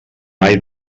mai